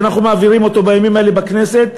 שאנחנו מעבירים אותו בימים האלה בכנסת,